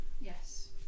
yes